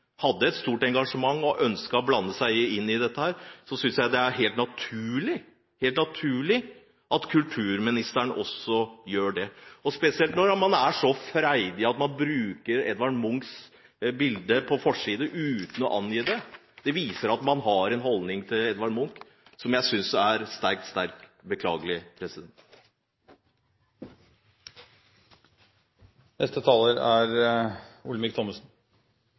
hadde et stort engasjement og ønsket å blande seg inn i dette, synes jeg det er helt naturlig at kulturministeren også gjør det. Og når man er så freidig at man bruker Edvard Munchs bilde på en forside uten å angi det, viser det at man har en holdning til Edvard Munch som jeg synes er sterkt beklagelig. Det temaet som interpellanten trekker opp, er